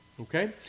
Okay